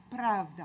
pravda